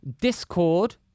Discord